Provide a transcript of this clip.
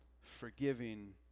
forgiving